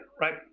right